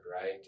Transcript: right